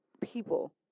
people